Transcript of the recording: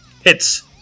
Hits